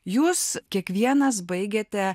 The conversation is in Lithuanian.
jūs kiekvienas baigiate